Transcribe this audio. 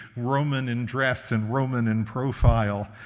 roman in dress and roman in profile,